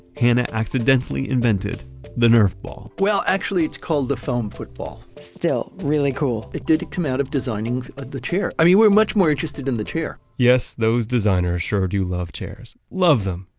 hannah accidentally invented the nerf ball well, actually it's called the foam football still, really cool it did come out of designing ah the chair. i mean we're much more interested in the chair yes, those designers, sure do love chairs. chairs. love them.